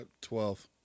twelve